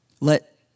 Let